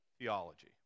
theology